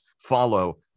follow